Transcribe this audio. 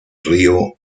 río